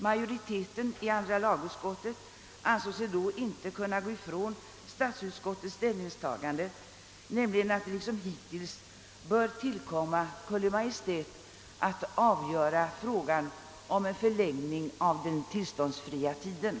Majoriteten i andra lagutskottet ansåg sig under sådana förhållanden inte kunna gå ifrån statsutskottets ställningstagande att det liksom hittills bör tillkomma Kungl. Maj:t att avgöra frågan om en förlängning av den tillståndsfria tiden.